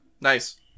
Nice